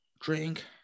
drink